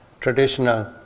traditional